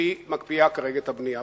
ההבטחה שהיא מקפיאה כרגע את הבנייה.